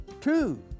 Two